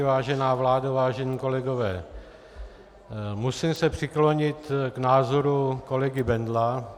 Vážená vládo, vážení kolegové, musím se přiklonit k názoru kolegy Bendla.